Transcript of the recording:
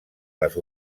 les